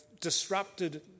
disrupted